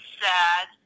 sad